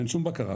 אין שום בקרה,